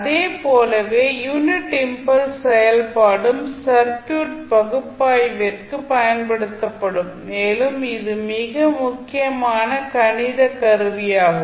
அதைப் போலவே unit impulse செயல்பாடும் சர்க்யூட் பகுப்பாய்விற்கு பயன்படுத்தப்படும் மேலும் இது மிக முக்கியமான கணித கருவியாகும்